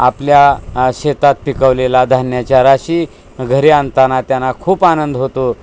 आपल्या शेतात पिकवलेला धान्याच्या राशी घरी आणताना त्यांना खूप आनंद होतो